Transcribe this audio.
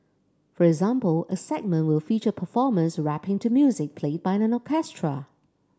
for example a segment will feature performers rapping to music played by an orchestra